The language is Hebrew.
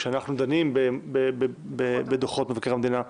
כאשר אנחנו דנים בדוחות מבקר המדינה,